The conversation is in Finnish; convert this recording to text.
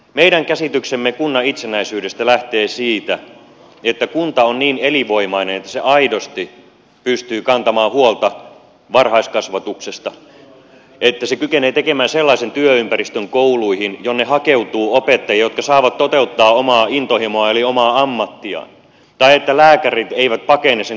meidän käsityksemme kunnan itsenäisyydestä lähtee siitä että kunta on niin elinvoimainen että se aidosti pystyy kantamaan huolta varhaiskasvatuksesta että se kykenee tekemään sellaisen työympäristön kouluihin jonne hakeutuu opettajia jotka saavat toteuttaa omaa intohimoaan eli omaa ammattiaan tai että lääkärit eivät pakene sen kunnan terveyskeskuksista